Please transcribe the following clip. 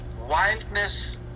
wildness